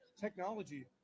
Technology